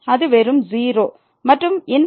அது வெறும் 0 மற்றும் ∞×∞